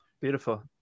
Beautiful